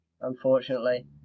unfortunately